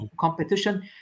competition